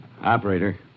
Operator